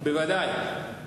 בוודאי.